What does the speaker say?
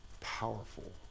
powerful